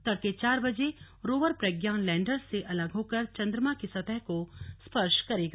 तड़के चार बजे रोवर प्रज्ञान लैंडर से अलग होकर चन्द्रमा की सतह को स्पर्श करेगा